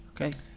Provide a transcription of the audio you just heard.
Okay